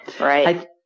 right